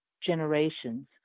generations